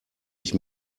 ich